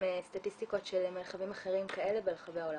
סטטיסטיקות של מרחבים אחרים כאלה ברחבי העולם.